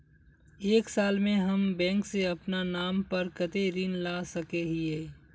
एक साल में हम बैंक से अपना नाम पर कते ऋण ला सके हिय?